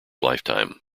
lifetime